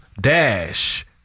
Dash